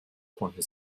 konnte